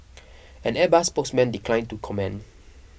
an Airbus spokesman declined to comment